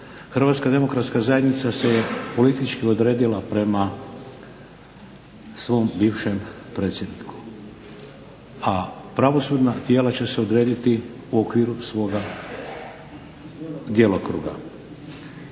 Hrvatska demokratska zajednica se politički odredila prema svom bivšem predsjedniku a pravosudna tijela će se odrediti u okviru svoga djelokruga.